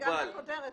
נכון.